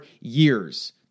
years